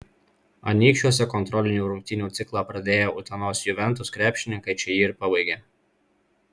anykščiuose kontrolinių rungtynių ciklą pradėję utenos juventus krepšininkai čia jį ir pabaigė